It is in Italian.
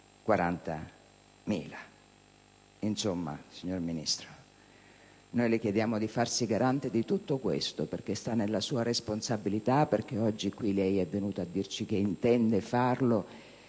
40.000? Insomma, signor Ministro, le chiediamo di farsi garante di tutto questo perché sta nella sua responsabilità e perché oggi lei è venuto a dirci che intende farlo.